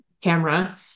camera